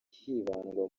hibandwa